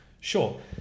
Sure